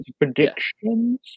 predictions